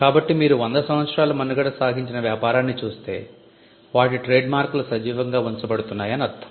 కాబట్టి మీరు 100 సంవత్సరాలు మనుగడ సాగించిన వ్యాపారాన్ని చూస్తే వాటి ట్రేడ్మార్క్ లు సజీవంగా ఉంచబడుతున్నాయని అర్ధం